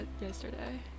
yesterday